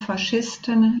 faschisten